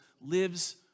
lives